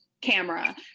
camera